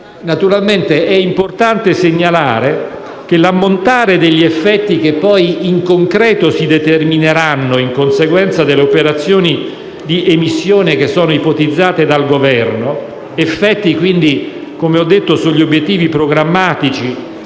Da ultimo è importante segnalare che l'ammontare degli effetti che in concreto si determineranno in conseguenza delle operazioni di emissione ipotizzate dal Governo, effetti sugli obiettivi programmatici